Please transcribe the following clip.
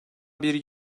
bir